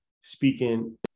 speaking